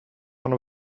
one